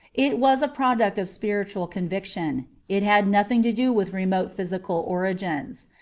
it was a product of spiritual conviction it had nothing to do with remote physical origins.